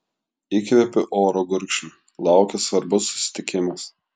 įkvėpiu oro gurkšnį laukia svarbus susitikimas